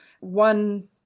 one